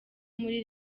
muri